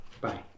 Bye